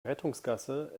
rettungsgasse